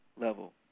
level